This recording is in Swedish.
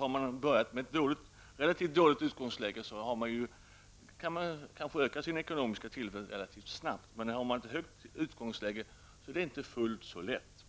Om man börjar med ett relativt dåligt utgångsläge kan man kanske öka sin ekonomiska tillväxt relativt snabbt, men har man ett högt utgångsläge är det inte fullt så lätt.